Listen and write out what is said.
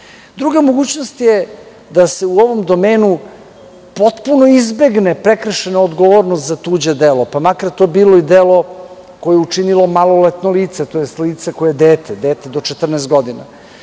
mogućnost je da se u ovom domenu potpuno izbegne prekršajna odgovornost za tuđe delo, pa makar to bilo i delo koje je učinilo maloletno lice, tj. lice koje je dete, dete do 14 godina.